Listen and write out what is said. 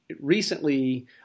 recently